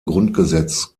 grundgesetz